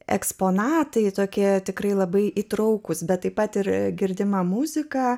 eksponatai tokie tikrai labai įtrūkusi bet tai patiria girdimą muziką